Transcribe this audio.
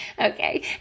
Okay